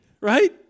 right